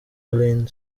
iain